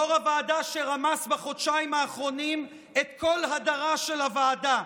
יו"ר הוועדה שרמס בחודשיים האחרונים את כל הדרה של הוועדה,